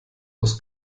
aus